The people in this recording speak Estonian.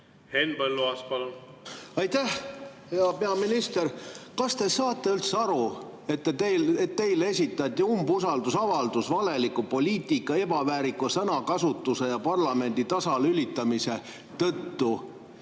Teie umbusaldamine. Aitäh! Hea peaminister! Kas te saate üldse aru, et teile esitati umbusaldusavaldus valeliku poliitika, ebaväärika sõnakasutuse ja parlamendi tasalülitamise tõttu?